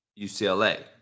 UCLA